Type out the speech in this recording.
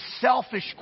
selfish